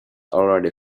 already